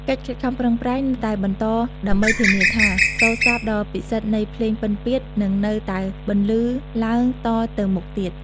កិច្ចខិតខំប្រឹងប្រែងនៅតែបន្តដើម្បីធានាថា សូរ្យស័ព្ទដ៏ពិសិដ្ឋនៃភ្លេងពិណពាទ្យនឹងនៅតែបន្លឺឡើងតទៅមុខទៀត។